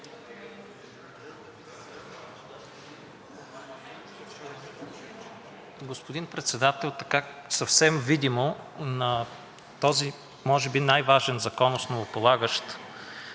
Господин Председател, така съвсем видимо на този може би най-важен, основополагащ